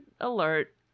alert